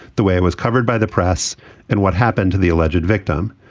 the way it was covered by the press and what happened to the alleged victim.